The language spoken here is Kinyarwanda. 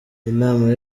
inama